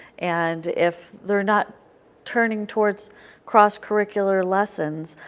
and if they are not turning towards cross-curricular lessons,